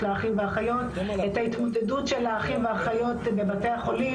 האחים והאחיות את ההתמודדות של האחים והאחיות בבתי החולים.